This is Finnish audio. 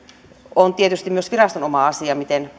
on tietysti myös viraston oma asia miten